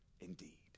Indeed